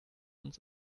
uns